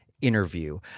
interview